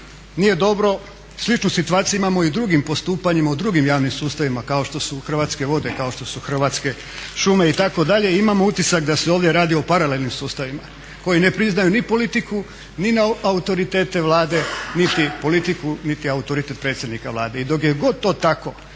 nije dobro, sličnu situaciju imamo i u drugim postupanjima u drugim javnim sustavima kao što su Hrvatske vode, kao što su Hrvatske šume itd. Imamo utisak da se ovdje radi o paralelnim sustavima koji ne priznaju ni politiku ni autoritete Vlade niti politiku niti autoritet predsjednika Vlade. I dok je god to tako,